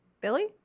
Billy